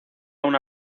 una